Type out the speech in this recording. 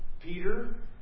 Peter